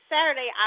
Saturday